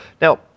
Now